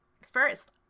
First